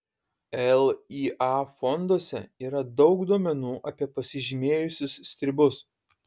lya fonduose yra daug duomenų apie pasižymėjusius stribus